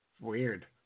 Weird